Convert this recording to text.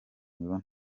mibonano